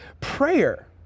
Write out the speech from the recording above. Prayer